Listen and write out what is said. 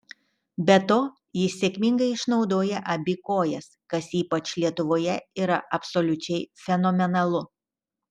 be to jis sėkmingai išnaudoja abi kojas kas ypač lietuvoje yra absoliučiai fenomenalu